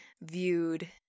viewed